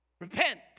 Repent